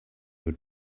your